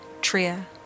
Tria